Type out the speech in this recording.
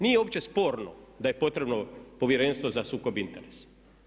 Nije uopće sporno da je potrebno Povjerenstvo za sukob interesa.